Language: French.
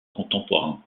contemporains